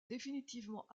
définitivement